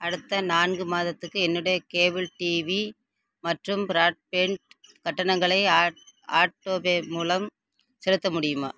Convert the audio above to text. அடுத்த நான்கு மாதத்துக்கு என்னுடைய கேபிள் டிவி மற்றும் ப்ராட்பேண்ட் கட்டணங்களை ஆட் ஆட்டோபே மூலம் செலுத்த முடியுமா